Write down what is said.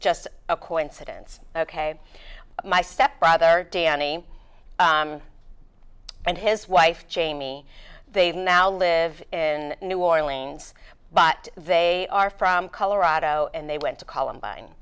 just a coincidence ok my step brother danny and his wife jamie they now live in new orleans but they are from colorado and they went to columbine